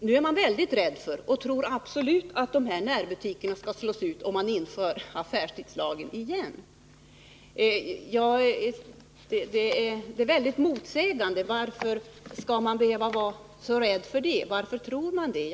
Nu är man väldigt rädd och tror att närbutikerna säkert kommer att slås ut om affärstidslagen införs. Varför tror man detta? Det är mycket motsägelsefullt.